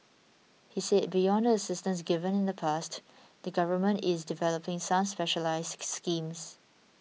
he said beyond the assistance given in the past the Government is developing some specialised schemes